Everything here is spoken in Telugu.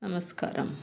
నమస్కారం